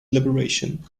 liberation